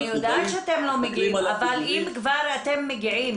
אני יודעת שאתם לא מגיעים, אבל אם כבר אתם מגיעים